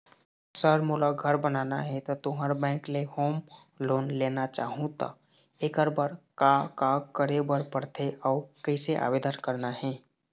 Sir मोला घर बनाना हे ता तुंहर बैंक ले होम लोन लेना चाहूँ ता एकर बर का का करे बर पड़थे अउ कइसे आवेदन करना हे?